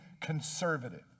conservative